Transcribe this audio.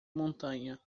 montanha